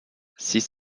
six